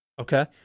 Okay